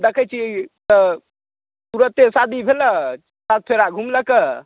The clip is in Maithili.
देखैत छी तऽ तुरत्ते शादी भेलै सात फेरा घुमलकै